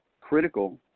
critical